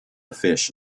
fish